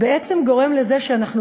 והמצב הזה הוא בעצם גורם לזה שאנחנו